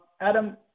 adam